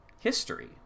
history